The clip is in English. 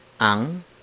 ang